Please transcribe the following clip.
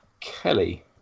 Kelly